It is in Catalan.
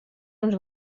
uns